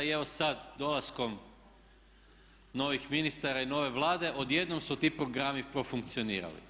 I evo sad dolaskom novih ministara i nove Vlade odjednom su ti programi profunkcionirali.